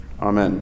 Amen